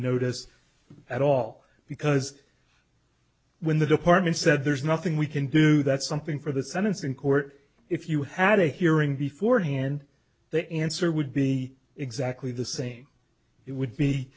notice at all because when the department said there's nothing we can do that's something for the sentence in court if you had a hearing before hand the answer would be exactly the same it